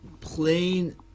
plain